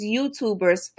YouTubers